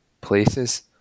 places